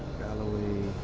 galloway